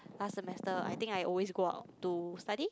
last semester I think I always go out to study